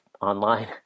online